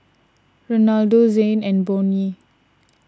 Renaldo Zhane and Bonny